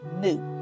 new